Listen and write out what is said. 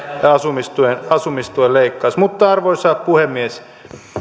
asumistuen asumistuen leikkaus mutta arvoisa puhemies